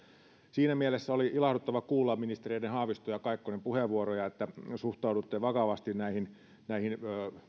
siinä mielessä oli ilahduttava kuulla ministereiden haavisto ja kaikkonen puheenvuoroja siitä että suhtaudutte vakavasti näihin näihin